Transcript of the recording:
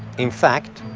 in fact,